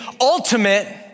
ultimate